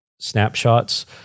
snapshots